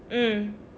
mm